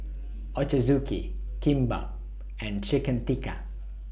Ochazuke Kimbap and Chicken Tikka